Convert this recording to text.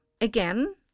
Again